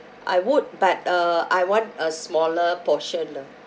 I would but uh I want a smaller portion ah